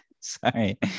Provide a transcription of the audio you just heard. Sorry